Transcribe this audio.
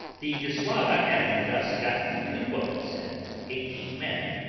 the dissauva having thus gotten two boats and eighteen men,